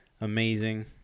amazing